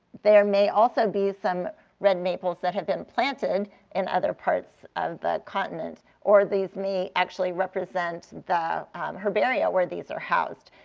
there may also be some red maples that have been planted in other parts of the continent. or these may actually represent the herbaria where these are housed.